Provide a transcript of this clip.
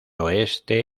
oeste